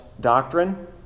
doctrine